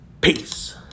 Peace